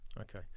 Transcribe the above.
Okay